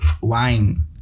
wine